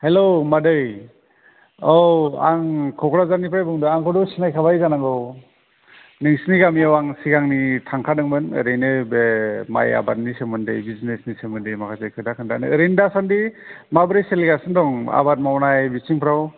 हेल' मादै औ आं क'क्राझारनिफ्राय बुंदों आंखौथ' सिनायखाबाय जानांगौ नोंसिनि गामियाव आं सिगांनि थांखादोंमोन ओरैनो बे माइ आबादनि सोमोन्दै बिजनेसनि सोमोन्दै माखासे खोथा खोन्थानो ओरैनो दासान्दि माब्रै सोलिगासिनो दं आबाद मावनाय बिथिंफ्राव